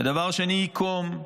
ודבר שני: "ייקום".